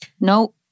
No